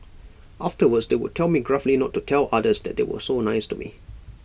afterwards they would tell me gruffly not to tell others that they were so nice to me